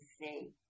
say